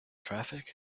traffic